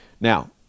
now